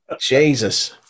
Jesus